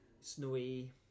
snowy